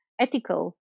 ethical